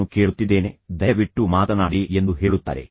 ನಾನು ಕೇಳುತ್ತಿದ್ದೇನೆ ದಯವಿಟ್ಟು ಮಾತನಾಡಿ ಎಂದು ಹೇಳುತ್ತಾರೆ